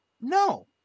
No